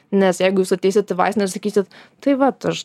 nes jeigu jūs ateisit į vaistinę sakysit tai vat aš